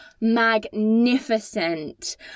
magnificent